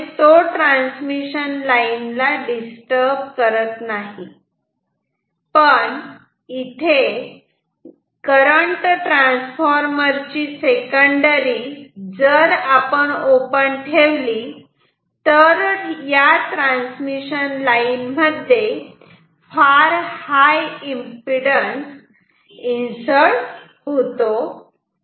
त्यामुळे तो transmission line ला डिस्टर्ब करत नाही पण इथे करंट ट्रान्सफॉर्मर ची सेकंडरी ओपन ठेवली तर ट्रान्समिशन लाईन मध्ये फार हाय एम्पिडन्स इन्सर्ट होतो